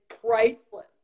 priceless